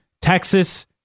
Texas